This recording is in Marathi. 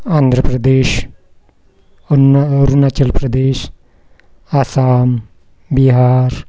आंध्र प्रदेश अना अरुणाचल प्रदेश आसाम बिहार